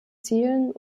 zielen